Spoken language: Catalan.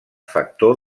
factor